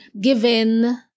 given